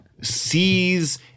sees